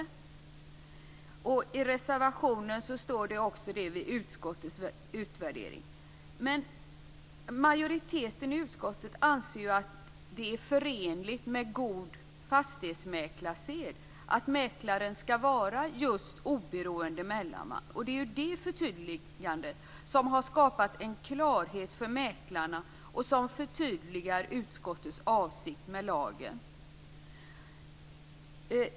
I reservationen står detta också vid utskottets utvärdering. Men majoriteten i utskottet anser att det är förenligt med god fastighetsmäklarsed att mäklaren skall vara just oberoende mellanman. Det är ju det förtydligandet som har skapat en klarhet för mäklarna och som förtydligar utskottets avsikt med lagen.